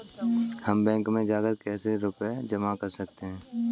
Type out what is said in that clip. हम बैंक में जाकर कैसे रुपया जमा कर सकते हैं?